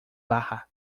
baja